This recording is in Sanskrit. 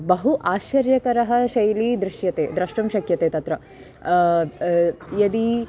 बहु आश्चर्यकरा शैली दृश्यते द्रष्टुं शक्यते तत्र यदि